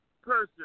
person